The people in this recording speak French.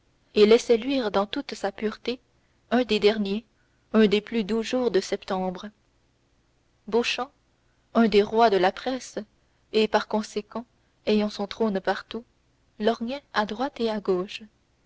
et laissaient luire dans toute sa pureté un des derniers un des plus doux jours de septembre beauchamp un des rois de la presse et par conséquent ayant son trône partout lorgnait à droite et à gauche